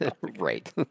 Right